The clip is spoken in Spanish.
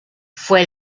fue